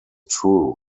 true